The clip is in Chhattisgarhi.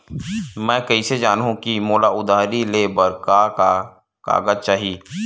मैं कइसे जानहुँ कि मोला उधारी ले बर का का कागज चाही?